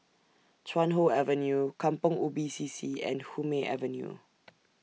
Chuan Hoe Avenue Kampong Ubi C C and Hume Avenue